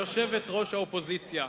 יושבת-ראש האופוזיציה.